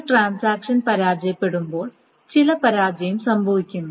ഒരു ട്രാൻസാക്ഷൻ പരാജയപ്പെടുമ്പോൾ ചില പരാജയം സംഭവിക്കുന്നു